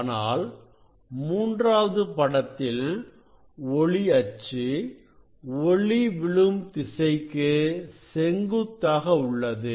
ஆனால் மூன்றாவது படத்தில் ஒளி அச்சு ஒளி விழும் திசைக்கு செங்குத்தாக உள்ளது